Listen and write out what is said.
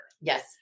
Yes